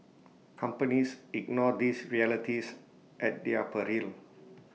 companies ignore these realities at their peril